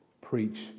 Preach